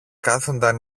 κάθουνταν